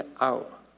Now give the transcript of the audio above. out